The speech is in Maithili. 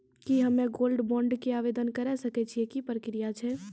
की हम्मय गोल्ड बॉन्ड के आवदेन करे सकय छियै, की प्रक्रिया छै?